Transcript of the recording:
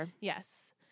Yes